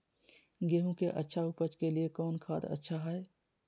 गेंहू के अच्छा ऊपज के लिए कौन खाद अच्छा हाय?